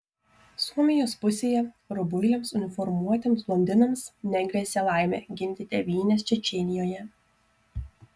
suomijos pusėje rubuiliams uniformuotiems blondinams negrėsė laimė ginti tėvynės čečėnijoje